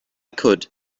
could